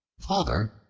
father,